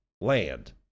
land